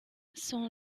son